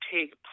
take